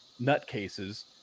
nutcases